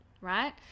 right